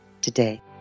today